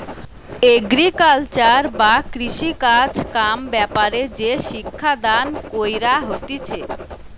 agriculture বা কৃষিকাজ কাম ব্যাপারে যে শিক্ষা দান কইরা হতিছে